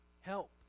help